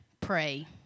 pray